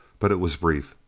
but it was brief.